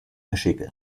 michigan